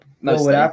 mostly